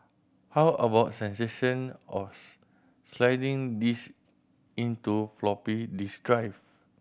how about sensation of sliding these into floppy disk drive